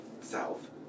South